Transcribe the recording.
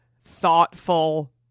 thoughtful